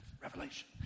Revelation